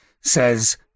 says